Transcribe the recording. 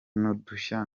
n’udushya